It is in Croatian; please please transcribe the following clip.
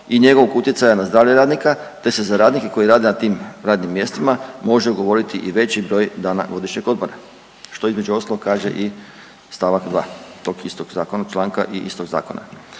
i njegovog utjecaja na zdravlje radnika te se za radnike koji rade na tim radnim mjestima može ugovoriti i veći broj dana godišnjeg odmora, što između ostalog kaže i st. 2. tog istog zakona članka i istog zakona.